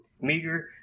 meager